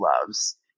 loves